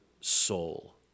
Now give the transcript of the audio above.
soul